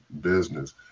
business